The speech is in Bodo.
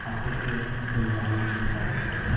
हाखरफोर दै राननाय समफ्राव